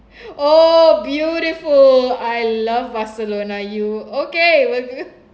orh beautiful I love barcelona you okay we're good